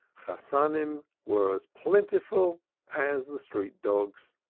chasanim were as plentiful as the street-dogs.